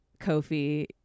Kofi